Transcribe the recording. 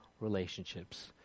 relationships